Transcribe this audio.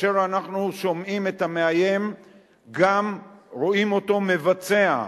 כאשר אנחנו שומעים את המאיים וגם רואים אותו מבצע,